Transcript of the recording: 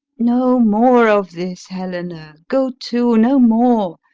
no more of this, helena go to, no more,